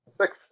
Six